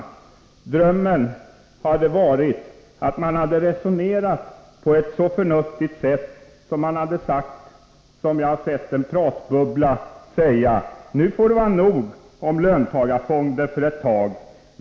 Det skulle vara som en dröm om man hade resonerat så förnuftigt att man sagt på samma sätt som i en pratbubbla jag har sett: ”Nu får det vara nog om löntagarfonder för ett tag.